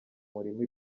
murima